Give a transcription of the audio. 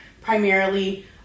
primarily